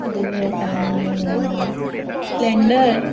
bullet आनी Splendor